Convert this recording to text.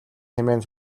хэмээн